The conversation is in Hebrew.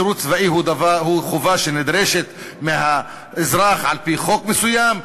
שירות צבאי הוא חובה שנדרשת מהאזרח על-פי חוק מסוים,